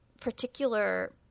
particular